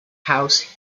house